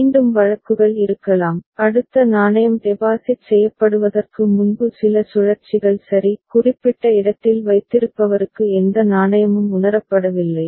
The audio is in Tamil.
மீண்டும் வழக்குகள் இருக்கலாம் அடுத்த நாணயம் டெபாசிட் செய்யப்படுவதற்கு முன்பு சில சுழற்சிகள் சரி குறிப்பிட்ட இடத்தில் வைத்திருப்பவருக்கு எந்த நாணயமும் உணரப்படவில்லை